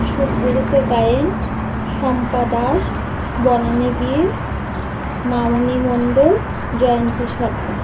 Subrata Gayen Shampa Das Banani Bir Mamoni Mondal Jayanti Sardar